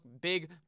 big